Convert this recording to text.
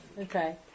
Okay